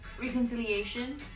reconciliation